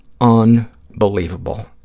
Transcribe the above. unbelievable